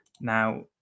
Now